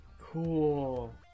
Cool